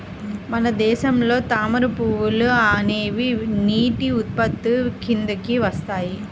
మన దేశంలో తామర పువ్వులు అనేవి నీటి ఉత్పత్తుల కిందికి వస్తాయి